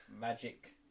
Magic